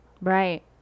Right